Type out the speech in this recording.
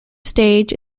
stage